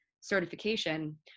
certification